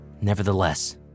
Nevertheless